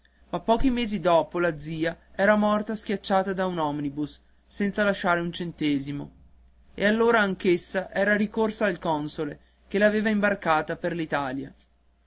ma pochi mesi dopo la zia era morta schiacciata da un omnibus senza lasciare un centesimo e allora anch'essa era ricorsa al console che l'aveva imbarcata per